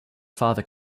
father